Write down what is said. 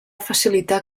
facilitar